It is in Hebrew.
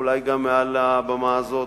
אולי גם מעל הבמה הזאת,